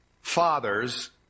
father's